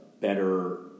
better